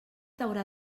haurà